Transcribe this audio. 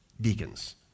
deacons